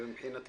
ומבחינתי,